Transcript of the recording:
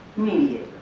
mediator